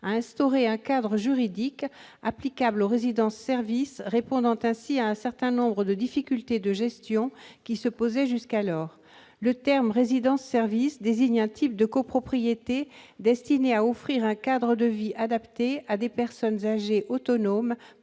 a instauré un cadre juridique applicable aux résidences-services, répondant ainsi à un certain nombre de difficultés de gestion qui se posaient jusqu'alors. Le terme « résidence-services » désigne un type de copropriété destiné à offrir un cadre de vie adapté à des personnes âgées autonomes,